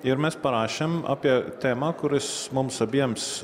ir mes parašėm apie temą kuris mums abiems